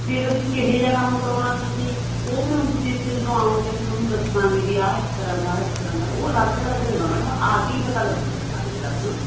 ਫਿਰ ਵੀ ਕਿਹੋ ਜਿਹਾ ਕੰਮ ਕਰਾਉਣਾ ਤੁਸੀਂ ਉਹ ਫਿਰ ਹੁਣ ਤੁਸੀਂ ਇੱਥੇ ਜਦੋਂ ਆਓਗੇ ਅਸੀਂ ਤੁਹਾਨੂੰ ਦੱਸਾਂਗੇ ਵੀ ਆਹ ਇਸ ਤਰ੍ਹਾਂ ਦਾ ਇਸ ਤਰ੍ਹਾਂ ਦਾ ਉਹ ਅਲੱਗ ਅਲੱਗ ਹੋਗਾ ਮੈਡਮ ਆ ਕੇ ਹੀ ਪਤਾ ਲੱਗੂਗਾ ਚਾਰਜ ਦਾ ਹਨਾ